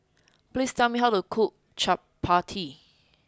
please tell me how to cook Chapati